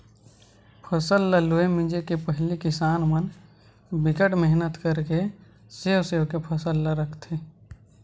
फसल ल लूए मिजे के पहिली किसान मन बिकट मेहनत करके सेव सेव के फसल ल राखथे